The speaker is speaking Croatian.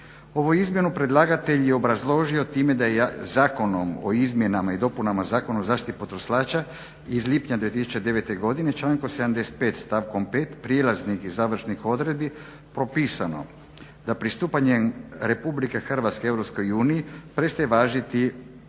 Ovu izmjenu predlagatelj je obrazložio time da je Zakonom o izmjenama i dopunama Zakona o zaštiti potrošača iz lipnja 2009. godine člankom 75. stavkom 5. prijelaznih i završnih odredbi propisano da pristupanjem RH Europskoj uniji prestaje važiti prethodna